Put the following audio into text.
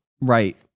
right